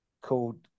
called